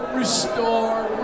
restore